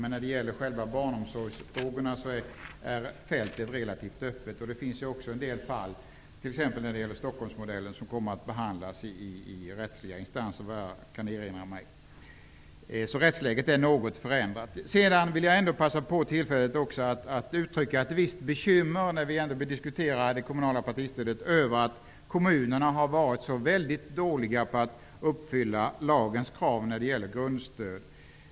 Men när det gäller barnomsorgsfrågorna är fältet relativt öppet. Det finns också en del fall -- t.ex. Stockholmsmodellen -- som kommer att behandlas i rättsliga instanser, enligt vad jag kan erinra mig. Rättsläget är alltså något förändrat. Sedan vill jag, när vi ändå diskuterar det kommunala partistödet, också passa på tillfället att ge uttryck för ett visst bekymmer över att kommunerna har varit mycket dåliga på att uppfylla lagens krav i fråga om grundstöd.